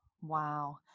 Wow